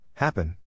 Happen